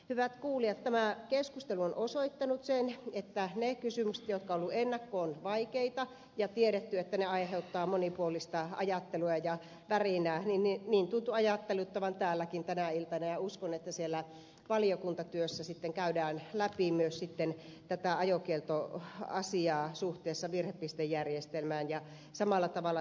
hyvät kuulijat tämä keskustelu on osoittanut sen että ne kysymykset jotka ovat olleet ennakkoon vaikeita ja tiedettiin aiheuttavan monipuolista ajattelua ja värinää tuntuvat ajatteluttavan täälläkin tänä iltana ja uskon että siellä valiokuntatyössä sitten käydään läpi myös tätä ajokieltoasiaa suhteessa virhepistejärjestelmään ja samalla tavalla tätä liikennetraktorikysymystäkin